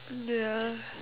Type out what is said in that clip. ya